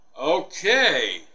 Okay